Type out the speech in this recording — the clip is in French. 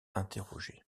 interrogés